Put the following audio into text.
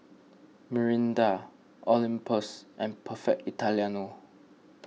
Mirinda Olympus and Perfect Italiano